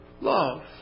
love